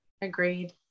Agreed